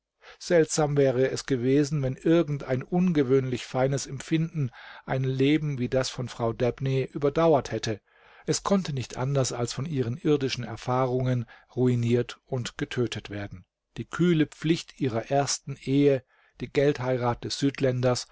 seltsam wäre es gewesen wenn irgend ein ungewöhnlich feines empfinden ein leben wie das von frau dabney überdauert hätte es konnte nicht anders als von ihren irdischen erfahrungen ruiniert und getötet werden die kühle pflicht ihrer ersten ehe die geldheirat des südländers